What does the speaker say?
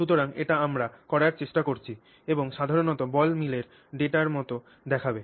সুতরাং এটি আমরা করার চেষ্টা করছি এবং সাধারণত বল মিলের ডেটা এর মতো দেখাবে